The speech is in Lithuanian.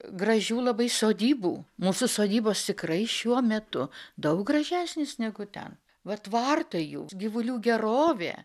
gražių labai sodybų mūsų sodybos tikrai šiuo metu daug gražesnis negu ten va tvartai jų gyvulių gerovė